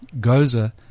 GOZA